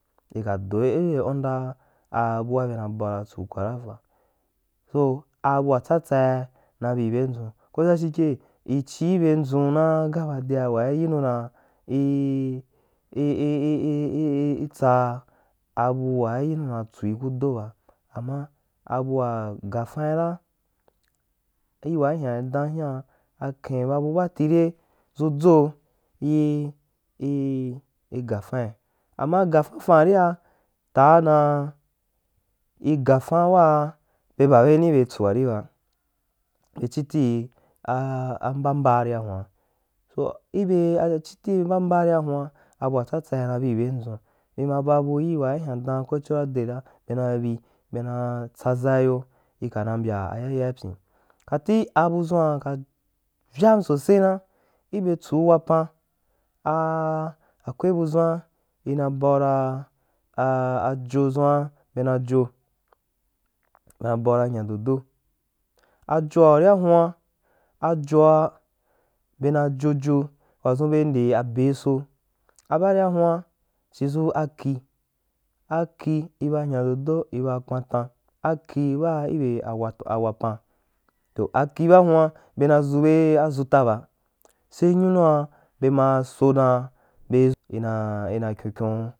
I ka do ibe a under abua be na baura atsu kwararfa so abusa tsatsau na bi byendʒun kodash, ikye i chii byendʒun na gaba dea waa iyinu dan i i tsa abu waa iyìnu dan atsui kudo ba ama abua gafan ra ayiwa m hyan dan hyania akeh ba bu baatire dʒu dʒjou yi í í gabon i, ama a gafanfan ria taa dan i ga fan waa be be tsua ri ba i chitii a amban ma ria hun, toh ibe chitiri mba-mba ria hun toh ibe chitiri mba-mba ria ham abua tsa tsaì na bi bendʒun ina haba yii waaihyan dan cat ural day ra be nai bi be naw tsaʒai yo i ka na mbya yayaipyin kato a bu dʒuan ka vyam sose na ki be tsu wapan a ekwe budʒu na i na bau rda a ajodʒuan be na jo be na bau dan nya dodo ajoa na huan ajoa bena jojo wadʒun baī nde abei so abaaria huan chidʒu akhi akhi iɓa nyadodo iba kpitan akhtri baa ibe wapan, toh akhi baa huan re na dʒu-be aʒuta ba se nyunua be ma so dan beidʒu ina ina kyunkyun hun.